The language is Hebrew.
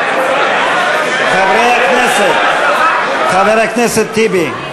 חברי הכנסת, חבר הכנסת טיבי,